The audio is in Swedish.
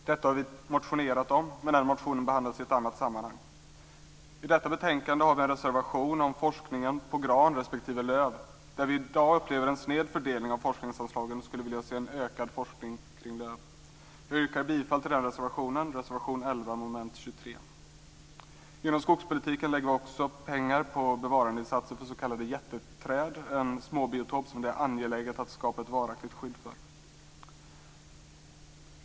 Detta har vi motionerat om, men den motionen behandlas i ett annat sammanhang. I detta betänkande har vi en reservation om forskningen på gran respektive lövträd. I dag upplever vi en sned fördelning av forskningsanslagen. Vi skulle vilja se en ökad forskning kring lövträd. Jag yrkar bifall till den reservationen, reservation 11 under mom. 23. Inom skogspolitiken lägger vi också pengar på bevarandeinsatser i fråga om s.k. jätteträd, en småbiotop som det är angeläget att skapa ett varaktigt skydd för.